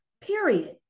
period